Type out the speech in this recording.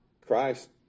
Christ